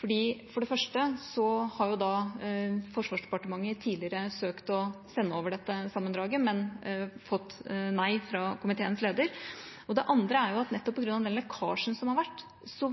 fordi for det første har Forsvarsdepartementet tidligere søkt å sende over dette sammendraget, men fått nei fra komiteens leder. Det andre er at nettopp på grunn av den lekkasjen som har vært,